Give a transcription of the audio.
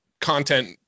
content